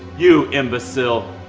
you imbecile.